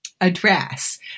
address